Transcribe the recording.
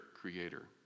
creator